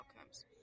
outcomes